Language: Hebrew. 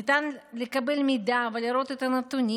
ניתן לקבל מידע ולראות את הנתונים.